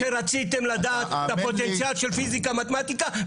כשרציתים לדעת את הפוטנציאל של פיסיקה ומתמטיקה,